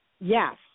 Yes